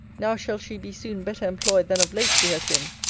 now shall she be soon better employed than of late she has been.